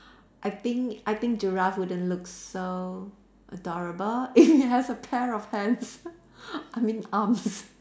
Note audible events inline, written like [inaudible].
I think I think giraffe wouldn't look so adorable [laughs] if it has a pair of hands [laughs] I mean arms [laughs]